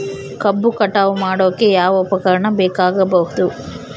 ಕಬ್ಬು ಕಟಾವು ಮಾಡೋಕೆ ಯಾವ ಉಪಕರಣ ಬೇಕಾಗಬಹುದು?